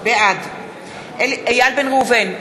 בעד איל בן ראובן,